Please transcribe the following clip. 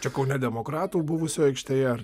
čia kaune demokratų buvusioj aikštėje ar